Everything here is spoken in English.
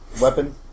weapon